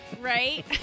right